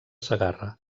segarra